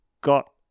got